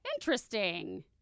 Interesting